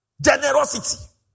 Generosity